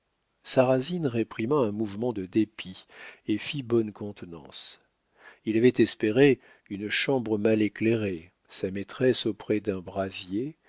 sarrasine réprima un mouvement de dépit et fit bonne contenance il avait espéré une chambre mal éclairée sa maîtresse auprès d'un brasier